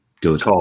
good